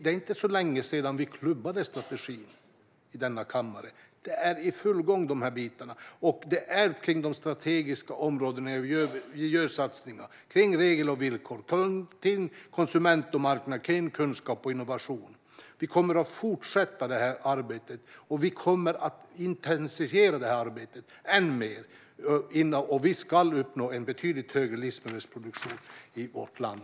Det är inte så länge sedan strategin klubbades igenom här i kammaren, och dessa bitar är i full gång. Det är kring de strategiska områdena som satsningarna görs. Det handlar om regler och villkor, om konsument och marknad och om kunskap och innovation. Vi kommer att fortsätta arbetet, och vi kommer att intensifiera det än mer. Vi ska uppnå en betydligt högre livsmedelsproduktion i vårt land.